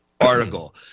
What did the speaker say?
article